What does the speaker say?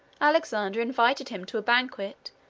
alexander invited him to a banquet,